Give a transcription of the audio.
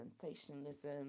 sensationalism